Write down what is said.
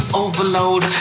overload